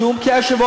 שום קשר?